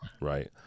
right